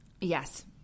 Yes